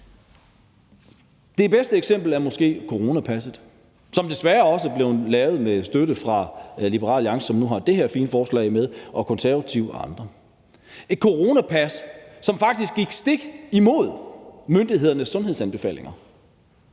Det bedste eksempel er måske coronapasset, som desværre også er blevet lavet med støtte fra Liberal Alliance, som nu har det her fine forslag med, og Konservative og andre, et coronapas, som faktisk gik stik imod myndighedernes sundhedsanbefalinger.